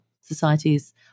societies